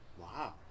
Wow